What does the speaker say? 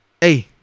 hey